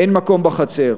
אין מקום בחצר.